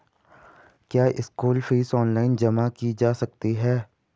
क्या school fees online जमा की जा सकती है?